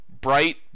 bright